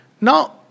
Now